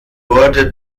wurde